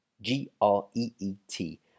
g-r-e-e-t